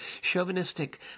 chauvinistic